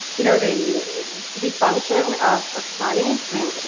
you know, the the function of of money i mean,